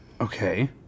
Okay